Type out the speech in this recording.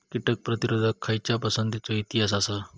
कीटक प्रतिरोधक खयच्या पसंतीचो इतिहास आसा?